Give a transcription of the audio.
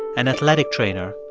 an athletic trainer,